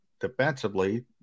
defensively